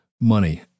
money